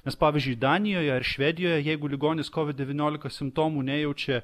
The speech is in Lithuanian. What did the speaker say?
nes pavyzdžiui danijoje ar švedijoje jeigu ligonis covid devyniolika simptomų nejaučia